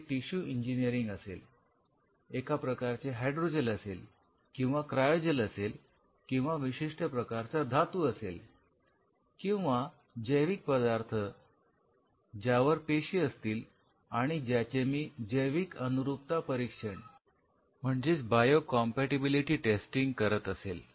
तर हे tissue engineering असेल एका प्रकारचे हायड्रोजेल असेल किंवा क्रायो जेल असेल किंवा विशिष्ट प्रकारचा धातू असेल किंवा जैविक पदार्थ ज्यावर पेशी असतील आणि ज्याचे मी जैविक अनुरूपता परीक्षण करत असेल